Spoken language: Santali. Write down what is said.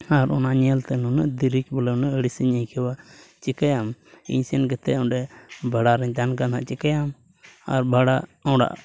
ᱟᱨ ᱚᱱᱟ ᱧᱮᱞ ᱛᱮ ᱱᱩᱱᱟᱹᱜ ᱫᱤᱨᱤᱠ ᱵᱚᱞᱮ ᱱᱩᱱᱟᱹᱜ ᱟᱹᱲᱤᱥᱤᱧ ᱟᱹᱭᱠᱟᱹᱣᱟ ᱪᱤᱠᱟᱹᱭᱟᱢ ᱤᱧ ᱥᱮᱱ ᱠᱟᱛᱮ ᱚᱸᱰᱮ ᱵᱷᱟᱲᱟᱨᱤᱧ ᱛᱟᱦᱮᱱ ᱠᱟᱱ ᱛᱟᱦᱮᱱᱟ ᱪᱤᱠᱟᱹᱭᱟᱢ ᱟᱨ ᱵᱷᱟᱲᱟ ᱚᱲᱟᱜ